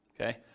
okay